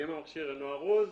ואם המכשיר אינו ארוז,